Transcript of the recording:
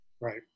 Right